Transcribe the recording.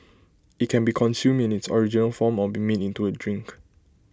IT can be consume in its original form or be made into A drink